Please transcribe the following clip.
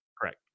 Correct